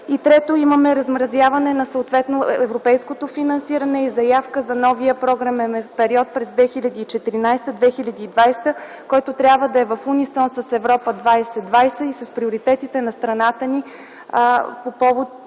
И, трето, имаме размразяване на съответното европейско финансиране и заявка за новия програмен период през 2014-2020, който трябва да е в унисон с „Европа 2020” и с приоритетите на страната ни по повод